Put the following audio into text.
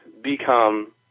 become